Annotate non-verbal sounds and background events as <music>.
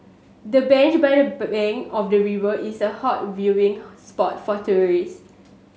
the bench by the <unintelligible> of the river is a hot viewing spot for tourist